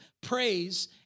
praise